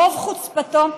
ברוב חוצפתו,